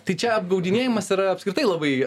tai čia apgaudinėjimas yra apskritai labai